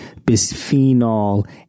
bisphenol